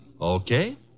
Okay